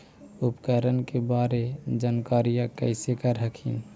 उपकरण के बारे जानकारीया कैसे कर हखिन?